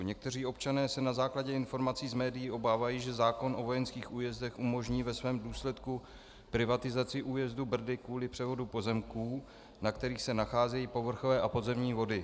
Někteří občané se na základě informací z médií obávají, že zákon o vojenských újezdech umožní ve svém důsledku privatizaci újezdu Brdy kvůli převodu pozemků, na kterých se nacházejí povrchové a podzemní vody.